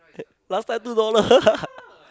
last time two dollar